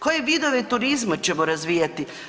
Koje vidove turizma ćemo razvijati?